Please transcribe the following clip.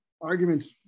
arguments